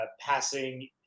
passing